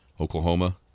Oklahoma